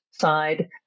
side